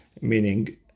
meaning